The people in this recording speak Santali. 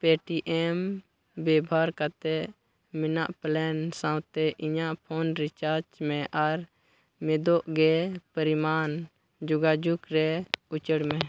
ᱯᱮᱭᱴᱤ ᱮᱢ ᱵᱮᱵᱷᱟᱨ ᱠᱟᱛᱮᱫ ᱢᱮᱱᱟᱜ ᱯᱞᱟᱱ ᱥᱟᱶᱛᱮ ᱤᱧᱟᱹᱜ ᱯᱷᱳᱱ ᱨᱤᱪᱟᱨᱡᱽ ᱢᱮ ᱟᱨ ᱢᱤᱫᱜᱮ ᱯᱚᱨᱤᱢᱟᱱ ᱡᱳᱜᱟᱡᱳᱜᱽᱨᱮ ᱩᱪᱟᱹᱲᱢᱮ